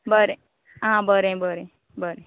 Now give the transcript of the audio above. बरें आं बरें बरें बरें